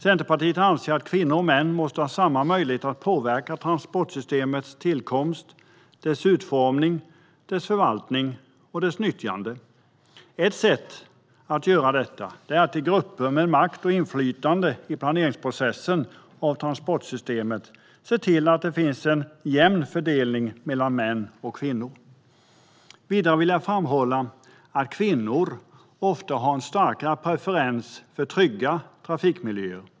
Centerpartiet anser att kvinnor och män måste ha samma möjlighet att påverka transportsystemets tillkomst, utformning, förvaltning och nyttjande. Ett exempel är att i grupper med makt och inflytande i planeringsprocessen av transportsystemet se till att det finns en jämn fördelning mellan män och kvinnor. Vidare vill jag framhålla att kvinnor ofta har en starkare preferens för trygga trafikmiljöer.